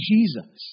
Jesus